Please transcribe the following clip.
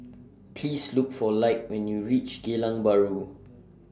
Please Look For Lige when YOU REACH Geylang Bahru